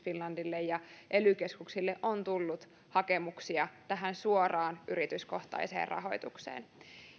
finlandille ja ely keskuksille on tullut hakemuksia tähän suoraan yrityskohtaiseen rahoitukseen